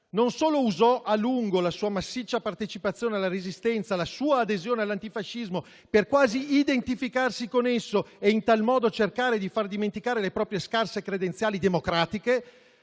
non solo usò a lungo la sua massiccia partecipazione alla Resistenza, la sua adesione all'antifascismo, per quasi identificarsi con esso e in tal modo cercare di far dimenticare le proprie scarse credenziali democratiche,